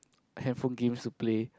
handphone games to play